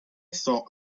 saw